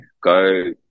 Go